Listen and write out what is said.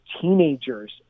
teenagers